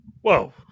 whoa